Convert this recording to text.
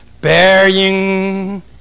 bearing